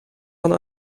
van